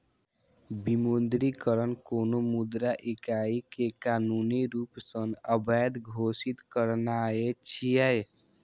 विमुद्रीकरण कोनो मुद्रा इकाइ कें कानूनी रूप सं अवैध घोषित करनाय छियै